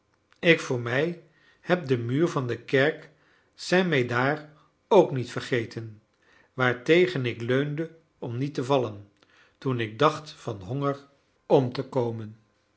ik voor mij heb den muur van de kerk saint médard ook niet vergeten waartegen ik leunde om niet te vallen toen ik dacht van honger om te komen